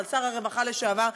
אבל שר הרווחה לשעבר,